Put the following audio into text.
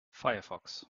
firefox